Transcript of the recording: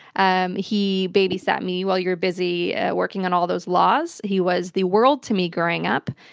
um he babysat me while you were busy working on all those laws. he was the world to me growing up,